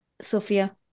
Sophia